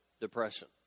depression